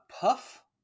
Puff